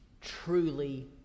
truly